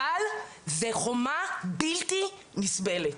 אבל זאת חומה בלתי נסבלת.